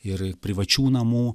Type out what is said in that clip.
ir privačių namų